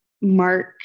Mark